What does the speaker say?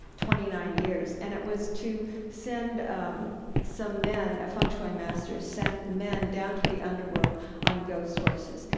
twenty nine years. and it was to send some men a feng shui master sent men down to the underworld on ghost horses.